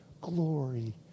glory